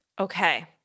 Okay